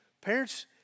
Parents